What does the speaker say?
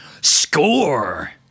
Score